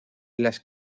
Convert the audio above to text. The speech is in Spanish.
las